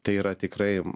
tai yra tikrai